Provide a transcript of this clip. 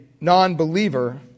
non-believer